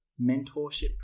mentorship